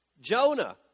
Jonah